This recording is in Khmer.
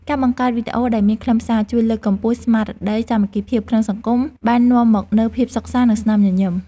ការបង្កើតវីដេអូដែលមានខ្លឹមសារជួយលើកកម្ពស់ស្មារតីសាមគ្គីភាពក្នុងសង្គមបាននាំមកនូវភាពសុខសាន្ត និងស្នាមញញឹម។